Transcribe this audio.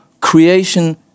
creation